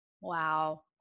Wow